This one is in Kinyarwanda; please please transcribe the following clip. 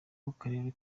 w’akarere